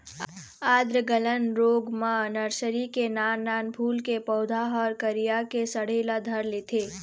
आद्र गलन रोग म नरसरी के नान नान फूल के पउधा ह करिया के सड़े ल धर लेथे